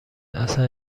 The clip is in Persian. اصلن